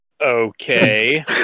Okay